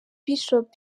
bishop